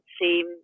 seem